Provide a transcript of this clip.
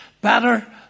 better